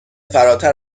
فراتر